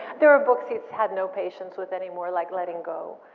there are books he's had no patience with anymore, like letting go.